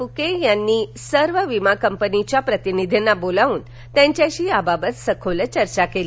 फुके यांनी सर्व विमा कंपनीच्या प्रतिनिधींना बोलवून त्यांच्याशी याबाबत सखोल चर्चा केली